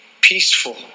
peaceful